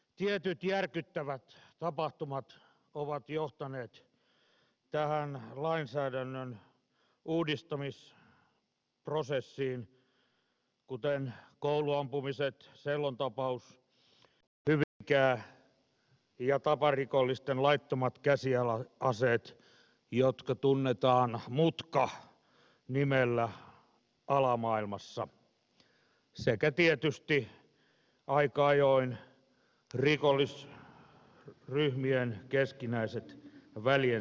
tietyt järkyttävät tapahtumat ovat johtaneet tähän lainsäädännön uudistamisprosessiin kuten kouluampumiset sellon tapaus hyvinkää ja taparikollisten laittomat käsiaseet jotka tunnetaan mutka nimellä alamaailmassa sekä tietysti aika ajoin rikollisryhmien keskinäiset välienselvittelyt